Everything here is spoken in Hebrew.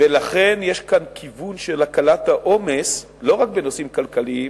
יש כאן כיוון של הקלת העומס לא רק בנושאים כלכליים